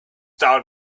down